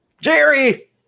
Jerry